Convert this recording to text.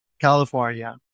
California